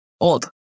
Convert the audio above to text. Old